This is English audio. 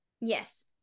yes